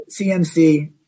CMC